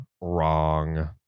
wrong